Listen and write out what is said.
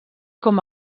com